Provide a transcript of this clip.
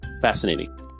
fascinating